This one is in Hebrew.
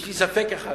יש לי ספק אחד,